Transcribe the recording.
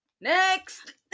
Next